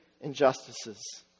injustices